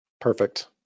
Perfect